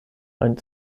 ein